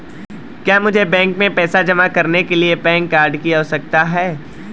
क्या मुझे बैंक में पैसा जमा करने के लिए पैन कार्ड की आवश्यकता है?